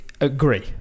Agree